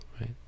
right